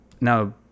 Now